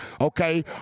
okay